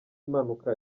impanuka